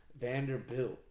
Vanderbilt